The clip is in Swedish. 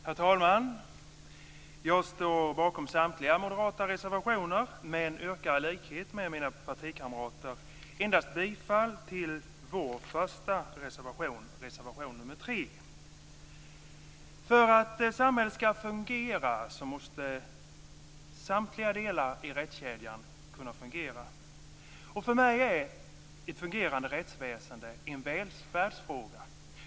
Herr talman! Jag står bakom samtliga moderata reservationer, men jag yrkar i likhet med mina partikamrater bifall till endast vår första reservation, nämligen reservation nr 3. För att samhället ska fungera måste samtliga delar i rättskedjan fungera. För mig är ett fungerande rättsväsende en välfärdsfråga.